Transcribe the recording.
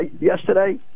yesterday